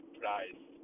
price